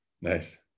Nice